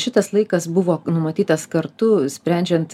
šitas laikas buvo numatytas kartu sprendžiant